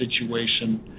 situation